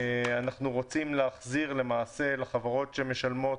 אנחנו רוצים להחזיר לחברות שמשלמות,